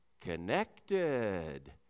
connected